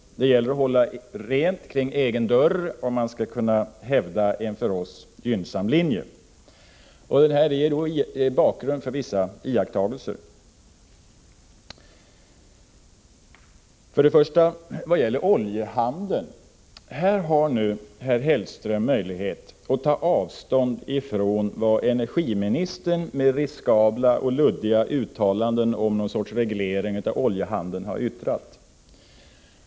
Det gäller att hålla rent kring egen dörr, om vi skall kunna hävda en för oss gynnsam linje. Det här ger bakgrund till vissa iakttagelser. Vad först gäller oljehandeln har herr Hellström nu möjlighet att ta avstånd från de riskabla och luddiga uttalanden som energiministern har gjort om någon sorts reglering av denna handel.